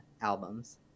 albums